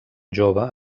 jove